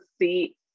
see